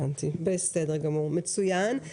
מצוין.